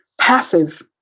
passive